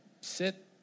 sit